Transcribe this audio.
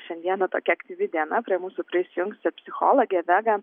šiandieną tokia aktyvi diena prie mūsų prisijungs ir psichologė vega